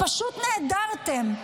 פשוט נעדרתם.